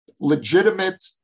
legitimate